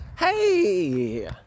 Hey